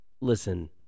listen